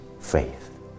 faith